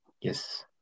Yes